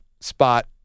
spot